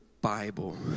Bible